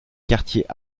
quartiers